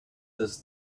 does